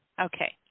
Okay